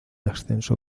ascenso